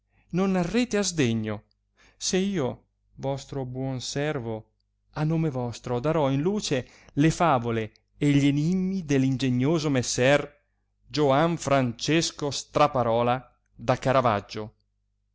non arrete a sdegno se io vostro buon servo a nome vostro darò in luce le favole e gli enimmi dell ingenioso messer gioanfrancesco straparola da caravaggio